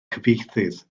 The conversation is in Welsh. cyfieithydd